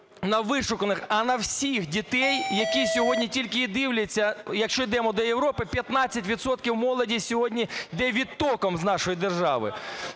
на вишуканих, а на всіх дітей, які сьогодні тільки і дивляться, якщо йдемо до Європи, 15 відсотків молоді сьогодні йде відтоком з нашої держави.